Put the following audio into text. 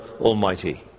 Almighty